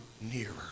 nearer